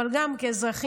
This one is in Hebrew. אבל גם כאזרחים,